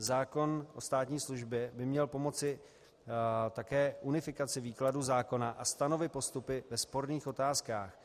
Zákon o státní službě by měl pomoci také unifikaci výkladu zákona a stanovit postupy ve sporných otázkách.